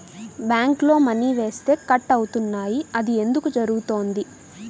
బ్యాంక్లో మని వేస్తే కట్ అవుతున్నాయి అది ఎందుకు జరుగుతోంది?